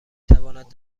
تواند